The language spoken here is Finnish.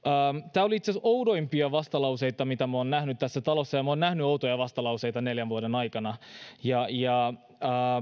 tämä oli itse asiassa oudoimpia vastalauseita mitä olen nähnyt tässä talossa ja olen nähnyt outoja vastalauseita neljän vuoden aikana